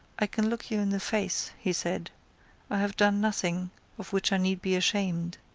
i can look you in the face, he said i have done nothing of which i need be ashamed.